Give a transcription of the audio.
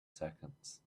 seconds